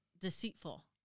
deceitful